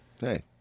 Hey